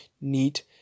neat